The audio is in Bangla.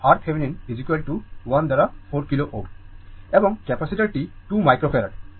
সুতরাং এটি হল RThevenin 1 দ্বারা 4 kilo Ω এবং ক্যাপাসিটারটি 2 মাইক্রোফ্যারাড